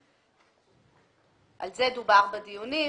על זה דובר בדיונים.